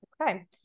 Okay